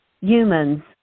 humans